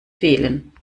fehlen